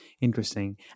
Interesting